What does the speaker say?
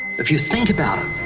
if you think about